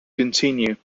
continue